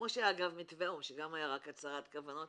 כמו שאגב מתווה האו"ם שגם היה רק הצהרת כוונות,